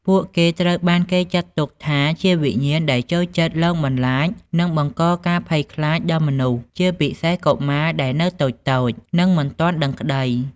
ពួកគេត្រូវបានគេចាត់ទុកថា ជាវិញ្ញាណដែលចូលចិត្តលងបន្លាច និងបង្កការភ័យខ្លាចដល់មនុស្ស ជាពិសេសកុមារដែលនៅតូចៗ និងមិនទាន់ដឹងក្តី។